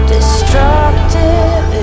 Destructive